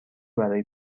برای